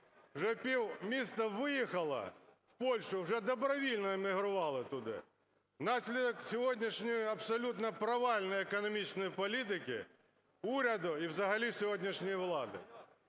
вже півміста виїхало в Польщу, вже добровільно емігрували туди внаслідок сьогоднішньої абсолютно провальної економічної політики уряду і взагалі сьогоднішньої влади.